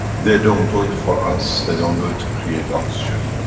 they don't do it for us, they don't do it to create oxygen,